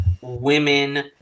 women